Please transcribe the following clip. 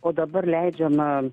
o dabar leidžiama